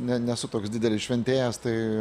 ne nesu toks didelis šventėjas tai